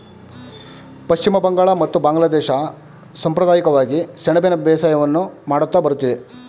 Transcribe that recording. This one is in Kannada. ಪಶ್ಚಿಮ ಬಂಗಾಳ ಮತ್ತು ಬಾಂಗ್ಲಾದೇಶ ಸಂಪ್ರದಾಯಿಕವಾಗಿ ಸೆಣಬಿನ ಬೇಸಾಯವನ್ನು ಮಾಡುತ್ತಾ ಬರುತ್ತಿದೆ